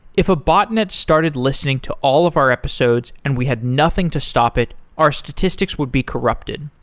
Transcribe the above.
if a botnet started listening to all of our episodes and we had nothing to stop it, our statistics would be corrupted.